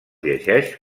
llegeix